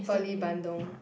pearly bandung